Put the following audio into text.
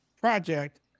project